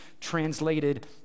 translated